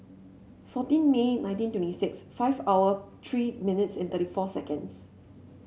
fourteen May nineteen twenty six five hour three minutes and thirty four seconds